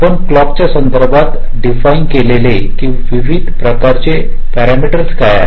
आपण क्लॉकच्या संदर्भात डिफाइन केलेले विविध प्रकार चे पॅरामीटसि काय आहेत